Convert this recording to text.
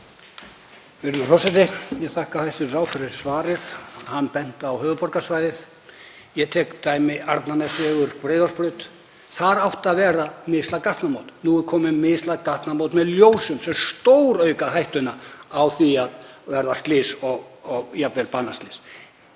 Þar áttu að vera mislæg gatnamót. Nú eru komin mislæg gatnamót með ljósum sem stórauka hættuna á því að þar verði slys og jafnvel